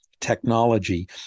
technology